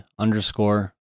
underscore